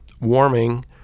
warming